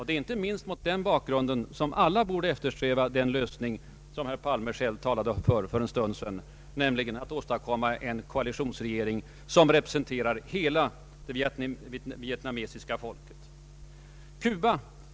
Det är inte minst mot den bakgrunden alla borde eftersträva den lösning som herr Palme talade om för en stund sedan, nämligen en koalitionsregering som representerar hela det vietnamesiska folket.